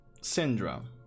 Syndrome